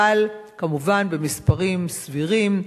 אבל כמובן במספרים סבירים,